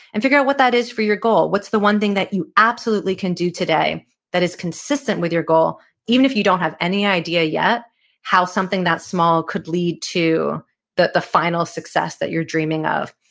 and figure out what that is for your goal. what's the one thing that you absolutely can do today that is consistent with your goal even if you don't have any idea yet how something that small could lead to the final success that you're dreaming of.